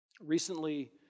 Recently